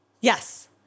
Yes